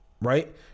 Right